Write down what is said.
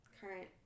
current